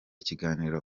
ikiganiro